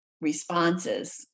responses